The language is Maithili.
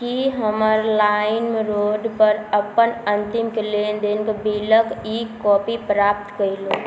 की हम लाइमरोड पर अपन अंतिम लेनदेनक बिल क ई कॉपी प्राप्त कयलहुँ